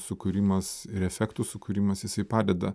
sukūrimas ir efektų sukūrimas jisai padeda